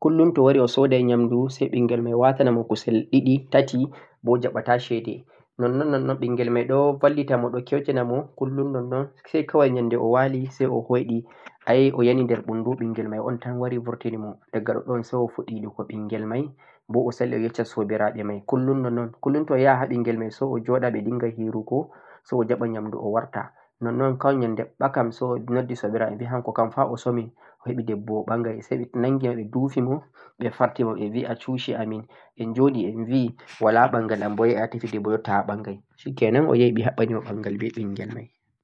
'kullum' to o wari o sooday nyaamndu say ɓinngel may waatanamo kusel ɗiɗi, tati, bo o jaɓata ceede. Nonnon nonnon ɓinngel may ɗo ballita mo, ɗo kyawtina mo 'kullum' nonnon say kaway nyannde may de o wali say o hoyɗi ay o yani nder ɓunndu ɓinngel may un tan wari burti ni mo, diga ɗoɗɗon say o fuɗɗi yiɗugo ɓinngel may, bo o sali yeccu go soobiraaɓe may, 'kullum' nonnon, 'kullum' to o yahi ha ɓinngel may say o joɗa o dinnga hirugo, say o jaɓa nyaamndu o warta, nonnon kaway nyannde hesitation say o noddi soobiraaɓe may o bi hanko fa o somi o heɓi debbo o ɓangay, say ɓe nanngi mo ɓe du'fi mo, ɓe farti mo ɓe bi a cuci amin, en joɗi en bi walaa ɓanngal anbo a yahi a tefi debbo jotta a ɓangay,'shikenan' o yahi ɓe haɓɓanimo ɓanngal be ɓinngel may.